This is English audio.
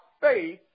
faith